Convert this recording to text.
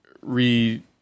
re